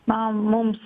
na mums